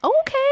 okay